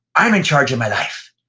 i'm in charge of my life.